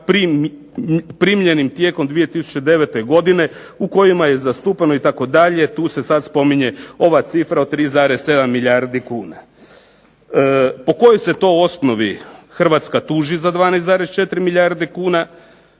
primljenim tijekom 2009. godine u kojima je zastupano itd., tu se sad spominje ova cifra od 3,7 milijardi kuna. Po kojoj se to osnovi Hrvatska tuži za 12,4 milijarde kuna?